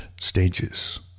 stages